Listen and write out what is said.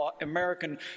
American